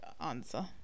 answer